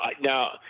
Now